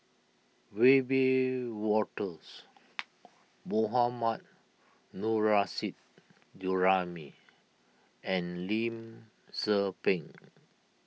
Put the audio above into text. Wiebe Wolters Mohammad Nurrasyid Juraimi and Lim Tze Peng